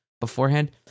beforehand